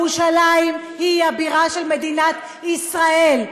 ירושלים היא הבירה של מדינת ישראל.